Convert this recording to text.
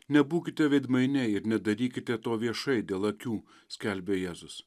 nebūkite veidmainiai ir nedarykite to viešai dėl akių skelbia jėzus